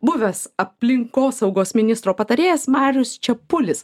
buvęs aplinkosaugos ministro patarėjas marius čepulis